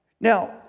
Now